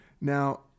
Now